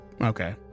Okay